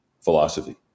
philosophy